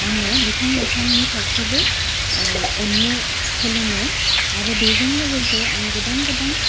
आङो बिफां लाइफांनि फारसेबो अननो सोलोङो आरो बेजों लोगोसे आं गोबां गोबां